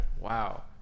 Wow